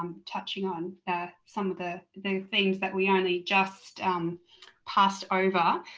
um touching on some of the the themes that we only just passed over,